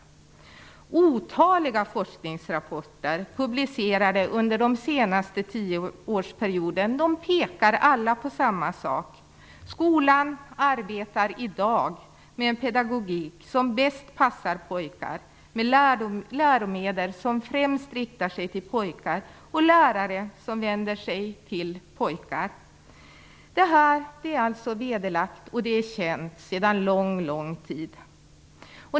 Otaliga forskningsrapporter publicerade under den senaste tioårsperioden pekar alla på samma sak. Skolan arbetar i dag med en pedagogik som bäst passar pojkar, med läromedel som främst riktar sig till pojkar och med lärare som vänder sig till pojkar. Detta är vederlagt och känt sedan lång tid.